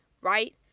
right